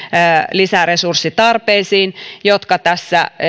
lisäresurssitarpeisiin kun tässä